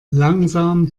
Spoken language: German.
langsam